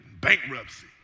bankruptcy